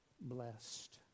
blessed